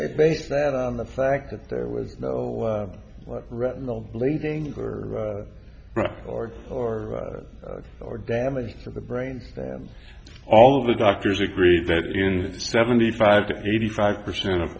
they base that on the fact that there was no retinal lazing or or or or damage from the brain stem all of the doctors agreed that in seventy five to eighty five percent of